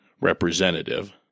representative